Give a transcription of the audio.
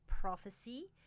prophecy